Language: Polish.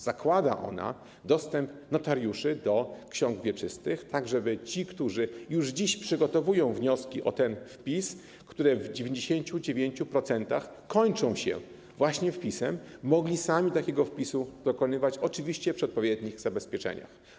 Zakłada ona dostęp notariuszy do ksiąg wieczystych, tak żeby ci, którzy już dziś przygotowują wnioski o ten wpis, które w 99% kończą się właśnie wpisem, mogli sami takiego wpisu dokonywać, oczywiście przy odpowiednich zabezpieczeniach.